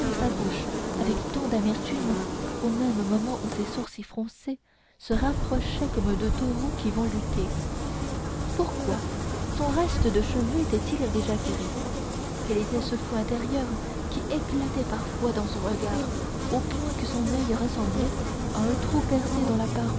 sa bouche avec tant d'amertume au même moment où ses sourcils froncés se rapprochaient comme deux taureaux qui vont lutter pourquoi son reste de cheveux étaient-ils déjà gris quel était ce feu intérieur qui éclatait parfois dans son regard au point que son oeil ressemblait à un trou percé dans la paroi